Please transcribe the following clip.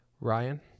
Ryan